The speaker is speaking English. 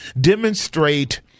demonstrate